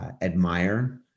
admire